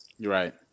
Right